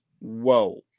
whoa